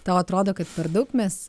tau atrodo kad per daug mes